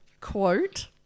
quote